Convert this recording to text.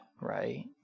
right